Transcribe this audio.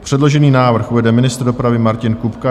Předložený návrh uvede ministr dopravy Martin Kupka.